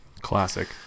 Classic